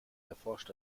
erforscht